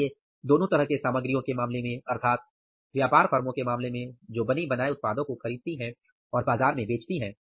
इसलिए दोनों तरह के सामग्रियों के मामले में अर्थात व्यापार फर्मों के मामले में जो बने बनाए उत्पादों को खरीदती हैं और बाजार में बेचती हैं